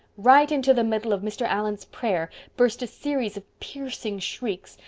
right into the middle of mr. allan's prayer burst a series of piercing shrieks.